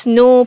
no